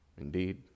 Indeed